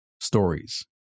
stories